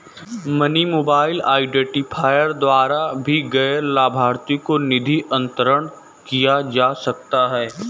money mobile identifier द्वारा भी गैर लाभार्थी को निधि अंतरण किया जा सकता है